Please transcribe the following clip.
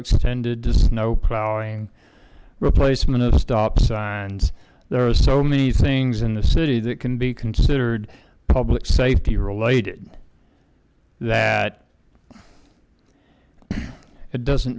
extended to snow plowing replacement of stop signs there are so many things in the city that can be considered public safety related that it doesn't